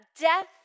death